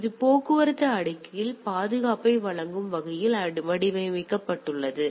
எனவே இது போக்குவரத்து அடுக்கில் பாதுகாப்பை வழங்கும் வகையில் வடிவமைக்கப்பட்டுள்ளது